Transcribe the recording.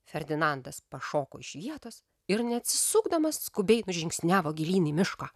ferdinandas pašoko iš vietos ir neatsisukdamas skubiai nužingsniavo gilyn į mišką